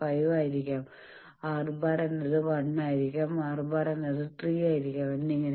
5 ആയിരിക്കാം R⁻ എന്നത് 1 ആയിരിക്കാം R⁻ എന്നത് 3 ആയിരിക്കാം എന്നിങ്ങനെ